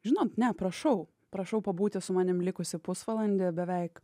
žinot ne prašau prašau pabūti su manim likusį pusvalandį beveik